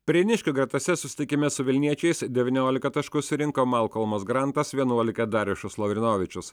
prieniškių gretose susitikime su vilniečiais devyniolika taškų surinko malkolmas grantas vienuolika darjušas lavrinovičius